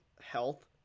health